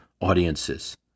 audiences